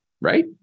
right